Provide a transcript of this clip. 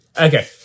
Okay